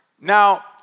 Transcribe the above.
Now